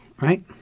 right